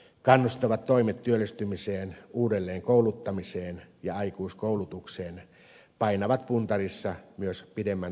kannustavat toimet työllistymisen uudelleen kouluttamisen ja aikuiskoulutuksen hyväksi painavat puntarissa myös pidemmän aikavälin talouskasvua ajatellen